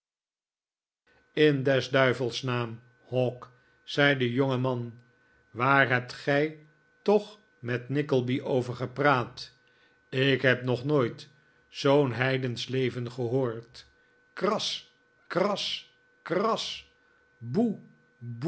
in des duivels naam hawk zei de jongeman waar hebt gij toch met nickleby over gedraat ik heb nog nooit zoo'n heidensch leven gehoord kras kras kras boe